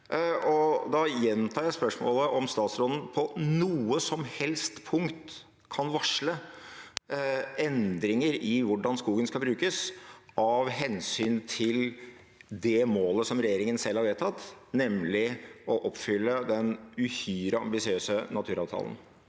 Da gjentar jeg spørsmålet om statsråden på noe som helst punkt kan varsle endringer i hvordan skogen skal brukes, av hensyn til det målet som regjeringen selv har vedtatt, nemlig å oppfylle den uhyre ambisiøse naturavtalen.